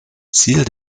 ziel